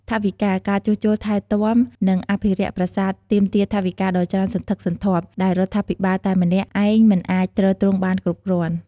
ថវិកា ការជួសជុល ថែទាំ និងអភិរក្សប្រាសាទទាមទារថវិកាដ៏ច្រើនសន្ធឹកសន្ធាប់ ដែលរដ្ឋាភិបាលតែម្នាក់ឯងមិនអាចទ្រទ្រង់បានគ្រប់គ្រាន់។